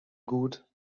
gut